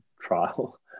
trial